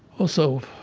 also,